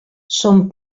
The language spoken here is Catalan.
són